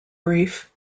brief